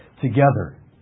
together